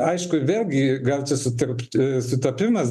aišku vėlgi gal čia sutapt sutapimas